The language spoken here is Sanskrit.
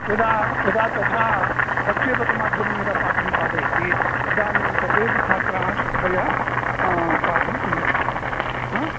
यदा यदा तथा प्रक्षेपकमाध्यमेन यदा पाठं पाठयति तदानीं सर्वेऽपि छात्राः श्रद्धया पाठं श्रुण्वन्ति आ